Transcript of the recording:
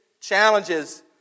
challenges